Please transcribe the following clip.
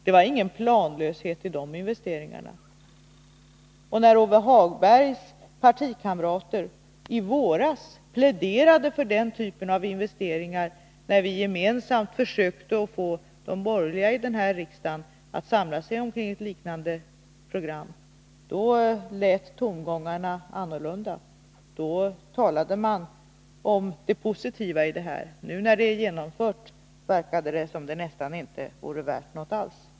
Det var ingen planlöshet i de investeringarna. Lars-Ove Hagbergs partikamrater pläderade i våras för den typen av investeringar, när vi gemensamt försökte få de borgerliga här i riksdagen att samlas kring ett liknande program. Då var tongångarna inte desamma, då talade man om det positiva i detta. Nu när det är genomfört verkar det som om det nästan inte vore värt någonting alls.